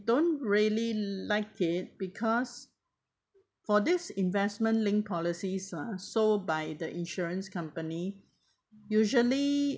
don't really like it because for this investment link policies ah sold by the insurance company usually